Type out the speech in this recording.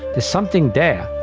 there's something there.